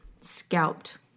scalped